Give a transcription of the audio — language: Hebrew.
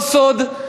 לא סוד.